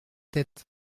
tête